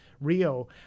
Rio